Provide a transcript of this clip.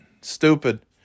Stupid